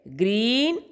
green